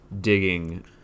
digging